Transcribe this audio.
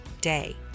day